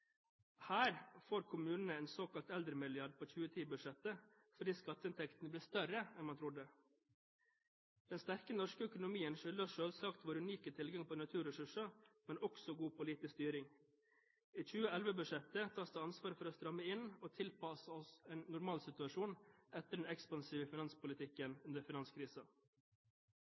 Her får kommunene en såkalt eldremilliard på 2010-budsjettet – fordi skatteinntektene blir større enn man trodde. Den sterke norske økonomien skyldes selvsagt vår unike tilgang på naturressurser, men også god politisk styring. I 2011-budsjettet tas det ansvar for å stramme inn og tilpasse oss en normalsituasjon etter den ekspansive finanspolitikken under